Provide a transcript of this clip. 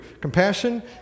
compassion